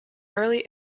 early